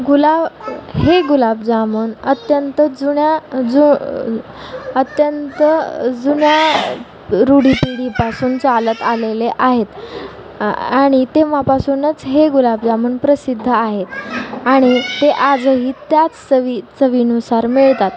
गुला हे गुलाबजामुन अत्यंत जुन्या जु अत्यंत जुन्या रूढी पिढीपासून चालत आलेले आहेत आणि तेव्हापासूनच हे गुलाबजामुन प्रसिद्ध आहेत आणि ते आजही त्याच चवी चवीनुसार मिळतात